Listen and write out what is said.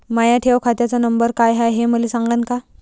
माया ठेव खात्याचा नंबर काय हाय हे मले सांगान का?